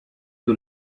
que